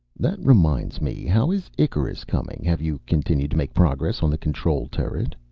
that reminds me. how is icarus coming? have you continued to make progress on the control turret?